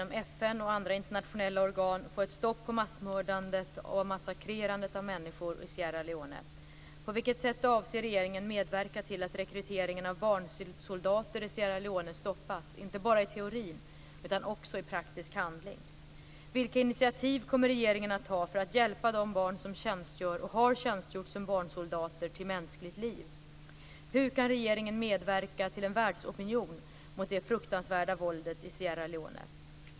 Margareta Viklund ställer i en interpellation följande frågor: Hur kan regeringen medverka till en världsopinion mot det fruktansvärda våldet i Sierra Leone?